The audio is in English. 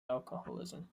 alcoholism